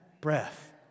breath